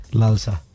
lalsa